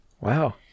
Wow